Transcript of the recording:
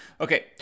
Okay